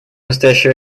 настоящее